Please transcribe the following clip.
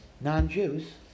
non-Jews